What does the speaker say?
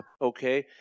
Okay